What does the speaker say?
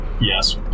Yes